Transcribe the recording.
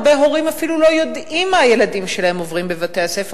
הרבה הורים אפילו לא יודעים מה הילדים שלהם עוברים בבתי-הספר,